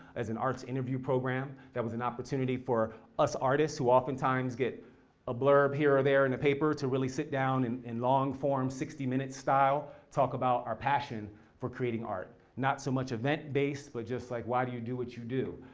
as an arts interview program that was an opportunity for us artists who oftentimes get a blurb here or there in the paper to really sit down and in long form, sixty minutes style, talk about our passion for creating art. not so much event-based, but just just like why do you do what you do?